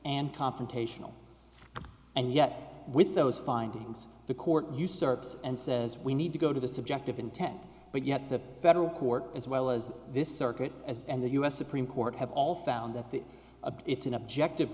and confrontational and yet with those findings the court usurps and says we need to go to the subject of intent but yet the federal court as well as this circuit as and the u s supreme court have all found that the it's an objective